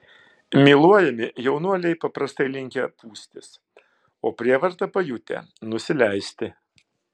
myluojami jaunuoliai paprastai linkę pūstis o prievartą pajutę nusileisti